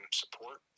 support